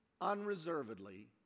unreservedly